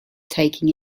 taking